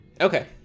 Okay